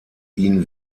ihn